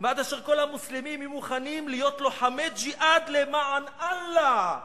ועד אשר כל המוסלמים יהיו מוכנים להיות לוחמי ג'יהאד למען אללה".